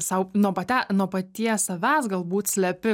sau nuo pate nuo paties savęs galbūt slepi